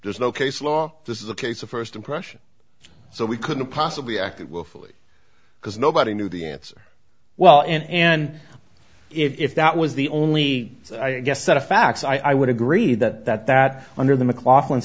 there's no case law this is a case of first impression so we couldn't possibly act willfully because nobody knew the answer well and and if that was the only i guess set of facts i would agree that that that under the mclachlan